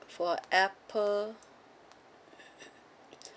for apple